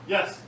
Yes